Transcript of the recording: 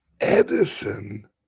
Edison